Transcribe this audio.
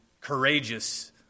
courageous